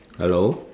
hello